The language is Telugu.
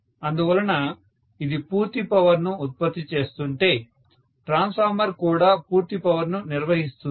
అందువలన ఇది పూర్తి పవర్ ను ఉత్పత్తి చేస్తుంటే ట్రాన్స్ఫార్మర్ కూడా పూర్తి పవర్ ను నిర్వహిస్తుంది